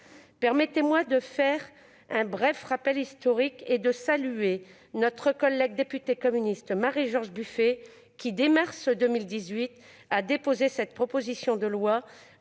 Permettez-moi de faire un bref rappel historique et de saluer notre collègue députée communiste, Marie-George Buffet, qui a déposé cette proposition en,